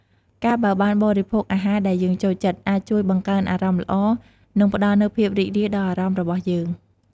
ការបើបានបរិភោគអាហារដែលយើងចូលចិត្ត អាចជួយបង្កើនអារម្មណ៍ល្អ និងផ្តល់នូវភាពរីករាយដល់អារម្មណ៍របស់យើង។